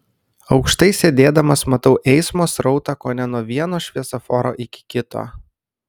aukštai sėdėdamas matau eismo srautą kone nuo vieno šviesoforo iki kito